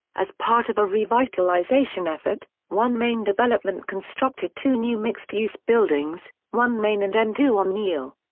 as part of a revitalization effort, one main development constructed two new mixed-use buildings one main and m two on neil.